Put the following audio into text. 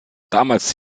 damals